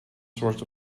sort